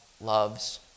loves